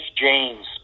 James